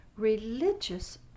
Religious